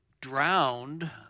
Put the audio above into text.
drowned